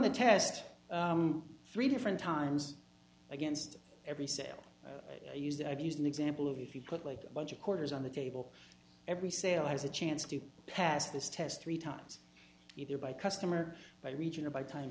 the test three different times against every sale use that i've used an example of if you put like a bunch of quarters on the table every sale has a chance to pass this test three times either by customer by region or by t